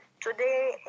Today